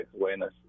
awareness